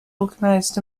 organized